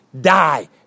die